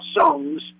songs